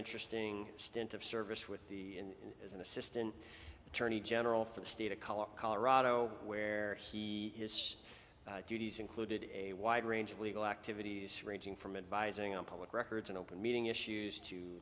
interesting stint of service with the as an assistant attorney general for the state of colorado colorado where he his duties included a wide range of legal activities ranging from advising on public records and open meeting issues to